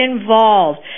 involved